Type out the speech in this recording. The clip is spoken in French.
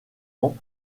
ans